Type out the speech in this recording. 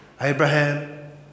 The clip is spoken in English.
Abraham